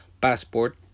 passport